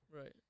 right